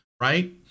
right